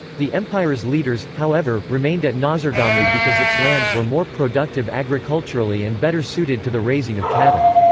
the empire's leaders, however, remained at ngazargamu because its lands were more productive agriculturally and better suited to the raising of cattle.